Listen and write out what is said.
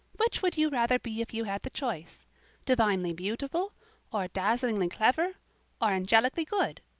which would you rather be if you had the choice divinely beautiful or dazzlingly clever or angelically good?